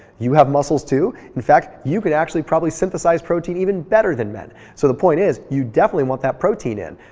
you have muscles too. in fact, you can actually probably synthesize protein even better than men. so the point is you definitely want that protein in.